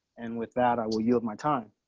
and with that, i will you have my time.